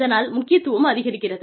இதனால் முக்கியத்துவம் அதிகரிக்கிறது